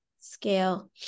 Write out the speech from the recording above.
scale